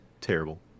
terrible